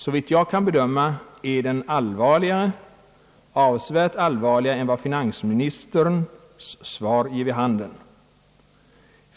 Såvitt jag kan bedöma, är den avsevärt allvarligare än vad finansministerns svar ger vid handen.